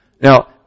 Now